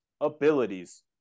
abilities